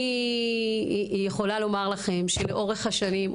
אני יכולה לומר לכם שלאורך השנים,